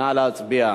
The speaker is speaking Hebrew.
נא להצביע.